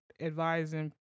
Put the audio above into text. advising